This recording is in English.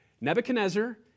Nebuchadnezzar